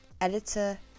editor